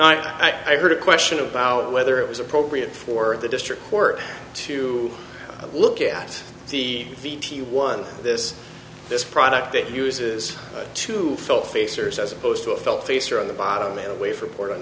night i heard a question about whether it was appropriate for the district court to look at the v t one this this product that uses to fill face or so as opposed to a felt face or on the bottom in a way for port on